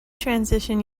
transition